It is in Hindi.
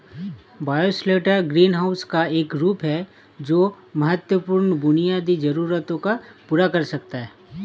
बायोशेल्टर ग्रीनहाउस का एक रूप है जो महत्वपूर्ण बुनियादी जरूरतों को पूरा कर सकता है